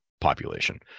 population